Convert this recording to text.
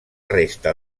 resta